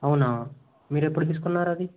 అవునా మీరెప్పుడు తీసుకున్నారది